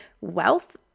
wealth